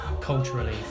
culturally